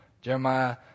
Jeremiah